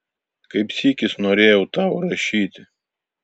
kaip sykis norėjau tau rašyti